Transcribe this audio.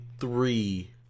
three